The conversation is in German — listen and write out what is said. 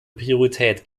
priorität